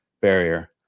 barrier